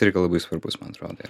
irgi labai svarbus man atrodo